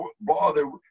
bother